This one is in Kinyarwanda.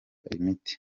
imiti